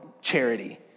charity